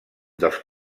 dels